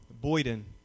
Boyden